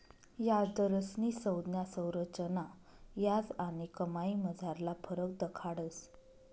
याजदरस्नी संज्ञा संरचना याज आणि कमाईमझारला फरक दखाडस